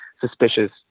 suspicious